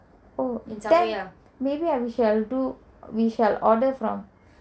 oh instead maybe we shall do we shall order from